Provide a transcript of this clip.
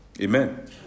Amen